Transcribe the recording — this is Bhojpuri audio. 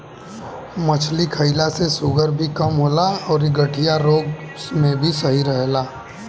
मछरी खईला से शुगर भी कम होला अउरी गठिया रोग में भी सही रहेला